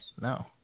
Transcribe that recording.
No